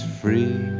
free